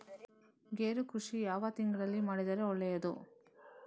ಗೇರು ಕೃಷಿ ಯಾವ ತಿಂಗಳಲ್ಲಿ ಮಾಡಿದರೆ ಒಳ್ಳೆಯದು?